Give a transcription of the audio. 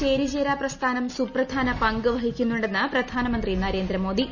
ചേരിചേരാ പ്രസ്ഥാനം സൂപ്രധാന പങ്ക് വഹിക്കുന്നുണ്ടെന്ന് പ്രധാനമന്ത്രി നരേന്ദ്രമോദി